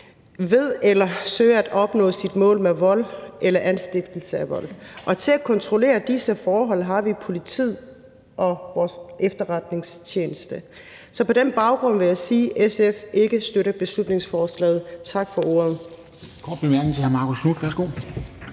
ved eller søger at opnå sit mål med vold eller anstiftelse af vold. Og til at kontrollere disse forhold har vi politiet og vores efterretningstjeneste. Så på den baggrund vil jeg sige, at SF ikke støtter beslutningsforslaget. Tak for ordet.